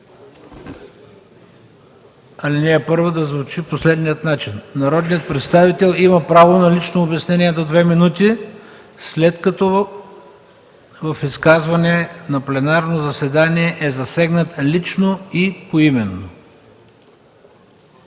ал. 1 да звучи по следния начин: „(1) Народният представител има право на лично обяснение до две минути, след като в изказване на пленарно заседание е засегнат лично и поименно.”